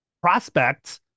prospects